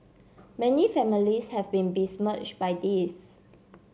many families have been besmirched by this